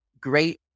great